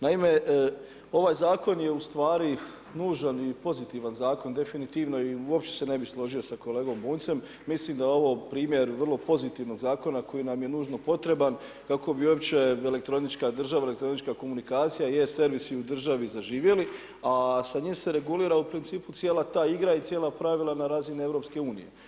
Naime, ovaj zakon je ustvari nužan i pozitivan zakon definitivno i uopće se ne bi složio sa kolegom Bunjcem, mislim da je ovo primjer vrlo pozitivnog zakona koji nam je nužno potreban, kako bi uopće elektronička država, elektronička komunikacija je servis i u državi zaživjeli, a sa njim se regulira u principu cijela ta igra i cijela pravila na razini EU.